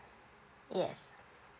yes